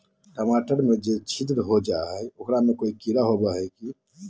टमाटर में छिद्र जो होता है किडा होता है?